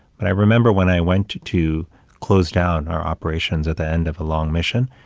but i remember when i went to close down our operations at the end of a long mission,